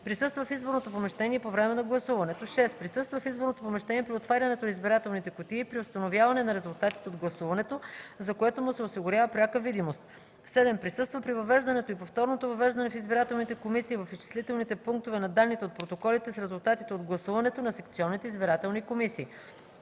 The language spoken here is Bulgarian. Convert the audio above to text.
присъства в изборното помещение по време на гласуването; 6. присъства в изборното помещение при отварянето на избирателните кутии и при установяване на резултатите от гласуването, за което му се осигурява пряка видимост; 7. присъства при въвеждането и повторното въвеждане в избирателните комисии и в изчислителните пунктове на данните от протоколите с резултатите от гласуването на секционните избирателни комисии;